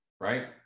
right